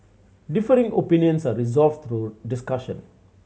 differing opinions are resolved through discussion